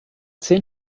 zehn